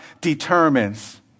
determines